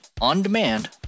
on-demand